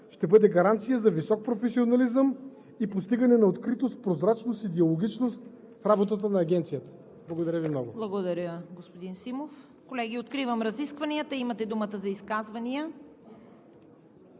ще бъде гаранция за висок професионализъм и постигане на откритост, прозрачност и диалогичност в работата на Агенцията. Благодаря Ви много. ПРЕДСЕДАТЕЛ ЦВЕТА КАРАЯНЧЕВА: Благодаря, господин Симов. Колеги, откривам разискванията. Имате думата за изказвания.